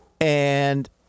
And-